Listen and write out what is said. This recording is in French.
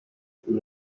plus